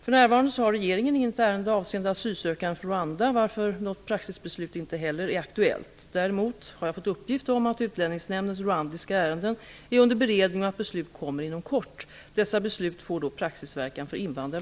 För närvarande har regeringen inget ärende avseende asylsökande från Rwanda, varför något praxisbeslut inte heller är aktuellt. Däremot har jag fått uppgift om att Utlänningsnämndens rwandiska ärenden är under beredning och att beslut kommer inom kort. Dessa beslut får då praxisverkan för